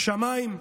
"שמיים,